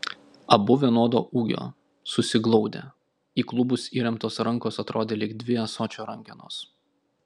abu vienodo ūgio susiglaudę į klubus įremtos rankos atrodė lyg dvi ąsočio rankenos